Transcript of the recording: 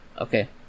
okay